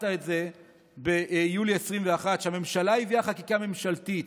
את זה ביולי 2021 כשהממשלה הביאה חקיקה ממשלתית,